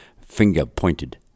finger-pointed